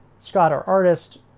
scott our artist